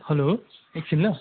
hello एकछिन ल